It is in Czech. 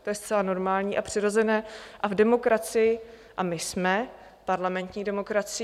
To je zcela normální a přirozené v demokracii a my jsme parlamentní demokracií.